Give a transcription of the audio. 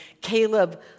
Caleb